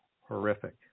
horrific